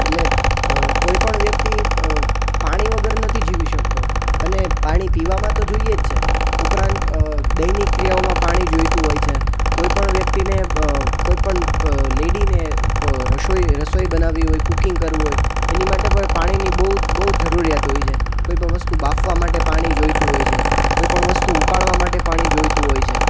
એટલે કોઈપણ વ્યક્તિ પાણી વગર નથી જીવી શકતો અને પાણી પીવામાં તો જોઈએ જ છે ઉપરાંત દૈનિક ક્રિયાઓમાં પાણી જોઈતું હોય છે કોઈપણ વ્યક્તિને કોઈપણ લેડીને રસોઈ રસોઈ બનાવવી હોય કૂકિંગ કરવું હોય એની માટે પણ પાણીની બહુ બહુ જરૂરિયાત હોય છે કોઈ પણ વસ્તુ બાફવા માટે પાણી જોઈતું હોય છે કોઈ પણ વસ્તુ ઉકાળવા માટે પાણી જોઈતું હોય છે